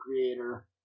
creator